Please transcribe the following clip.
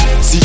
See